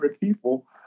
people